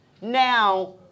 now